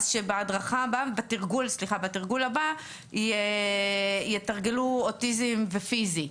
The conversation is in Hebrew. אז שבתרגול הבא יתרגלו אוטיזם ופיזי.